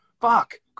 fuck